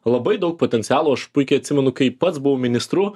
labai daug potencialo aš puikiai atsimenu kai pats buvo ministru